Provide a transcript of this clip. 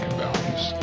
values